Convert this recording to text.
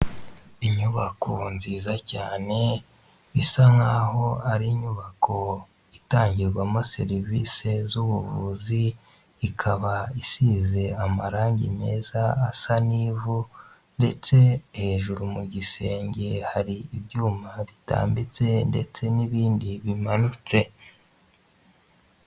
Inyubako nziza cyane, isa nk'aho ari inyubako itangirwamo serivisi z'ubuvuzi, ikaba isize amarangi meza asa n'ivu, ndetse hejuru mu gisenge hari ibyuma bitambitse, ndetse n'ibindi bimanutse.